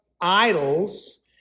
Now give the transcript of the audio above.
idols